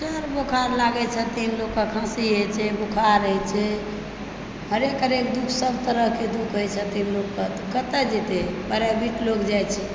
ज्वर बोखार लागै छथिन लोकके खांसी होइत छै बुखार होइत छै हरेक हरेक दुःख सब तरहक दुःख होइत छथिन लोकके कतए जेतै प्राइवेट लोक जाइत छै